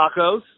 tacos